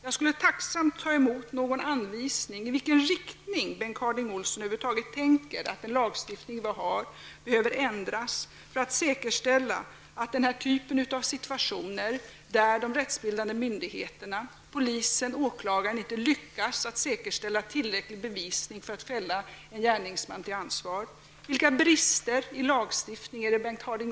Jag skulle tacksamt ta emot någon anvisning om i vilken riktning Bengt Harding Olson anser att den lagstiftning vi har behöver ändras för att säkerställa att den här typen av situationer inte uppstår, där de rättsbildande myndigheterna -- polisen och åklagaren -- inte lyckas att säkerställa tillräcklig bevisning för att fälla en gärningsman till ansvar.